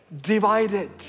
Divided